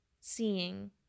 seeing